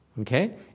okay